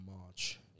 March